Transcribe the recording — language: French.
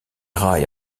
rails